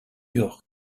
york